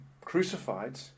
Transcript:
crucified